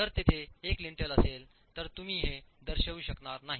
जर तेथे एक लिंटल असेल तर आम्ही हे दर्शवू शकणार नाही